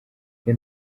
iyo